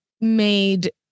made